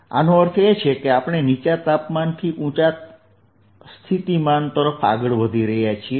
l0 આનો અર્થ છે કે આપણે નીચા થી ઊંચા સ્થિતિમાન તરફ આગળ વધી રહ્યા છીએ